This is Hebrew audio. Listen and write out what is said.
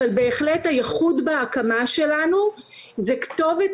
אבל בהחלט הייחוד בהקמה שלנו זה כתובת